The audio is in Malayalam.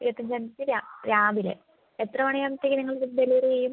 ഇരുപത്തഞ്ചാം തിയ്യതി രാവിലെ എത്ര മണിയാകുമ്പോഴത്തേക്കും നിങ്ങൾ ഡെലിവറി ചെയ്യും